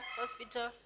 hospital